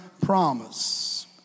promise